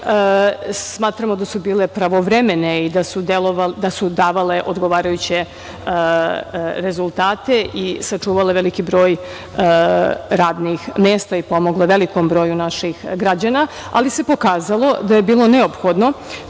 smatramo da su bile pravovremene i da su davale odgovarajuće rezultate i sačuvale veliki broj radnih mesta i pomogle velikom broju naših građana, ali se pokazalo da je bilo neophodno